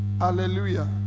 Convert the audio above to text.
Hallelujah